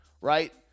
right